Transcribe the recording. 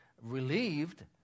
relieved